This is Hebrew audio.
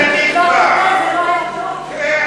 זה לא היה טוב עד עכשיו?